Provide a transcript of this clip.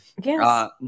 Yes